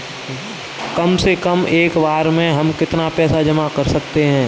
कम से कम एक बार में हम कितना पैसा जमा कर सकते हैं?